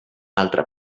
altre